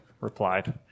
replied